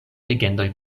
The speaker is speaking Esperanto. legendoj